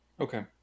Okay